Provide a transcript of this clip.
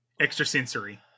Extrasensory